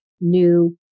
new